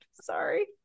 Sorry